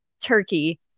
turkey